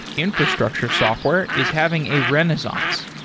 infrastructure software is having a renaissance.